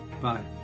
Bye